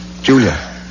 Julia